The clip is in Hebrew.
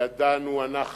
ידענו אנחנו